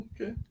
Okay